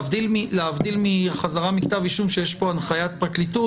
להבדיל מחזרה מכתב אישום שיש פה הנחיית פרקליטות,